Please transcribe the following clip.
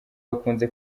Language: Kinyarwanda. bakunze